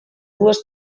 dues